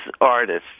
artists